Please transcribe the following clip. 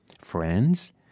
friends